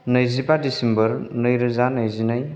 नैजिबा दिसेम्ब'र नैरोजा नैजिनै